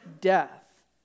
death